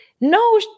no